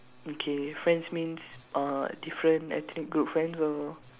okay friends mean uh different ethnic group friends or